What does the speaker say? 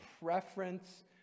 preference